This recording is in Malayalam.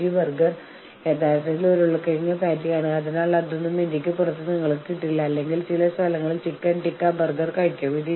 ചില മാർഗ്ഗനിർദ്ദേശങ്ങൾ എന്തെന്നാൽ മറ്റ് ചർച്ചക്കാരുടെ യഥാർത്ഥ ആവശ്യങ്ങളും ലക്ഷ്യങ്ങളും മനസ്സിലാക്കാൻ നമ്മൾ ശ്രമിക്കുന്നു